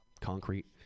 concrete